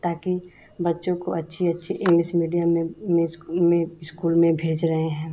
ताकि बच्चों को अच्छी अच्छी इंग्लिस मीडियम में में इस्कूल में भेज रहे हैं